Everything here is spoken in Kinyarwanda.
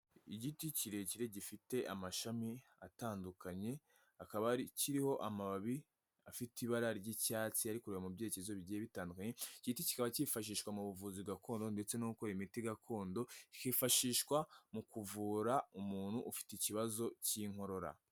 Igiti kirekire gifite amashami atandukanye, akaba kiriho amababi afite ibara ry'icyatsi ari kureba mu byerekezo bigiye bitandukanyeti, kikaba kifashishwa mu buvuzi gakondo ndetse no gukora imiti gakondo, kifashishwa mu kuvura umuntu ufite ikibazo cy'inkorora.